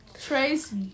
Trace